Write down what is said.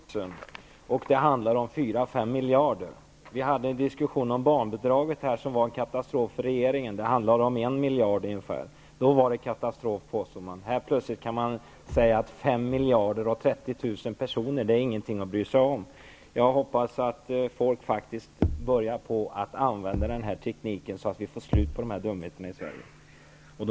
Herr talman! Det gäller inte en person. Det gäller ca 30 000 personer, och det handlar om 4--5 miljarder. Vi hade en diskussion om barnbidraget, som var en katastrof för regeringen. Det handlade om 1 miljard, och man påstod att det var en katastrof. Här kan man plötsligt säga att 5 miljarder och 30 000 personer inte är något att bry sig om. Jag hoppas att folk faktiskt börjar använda den här tekniken så att vi får slut på dessa dumheter i Sverige.